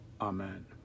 Amen